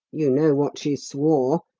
you know what she swore,